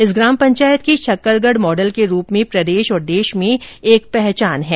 इस ग्राम पंचायत की शक्करगढ मॉडल के रूप में प्रदेश और देश में एक पहचान है